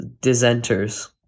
dissenters